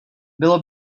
bylo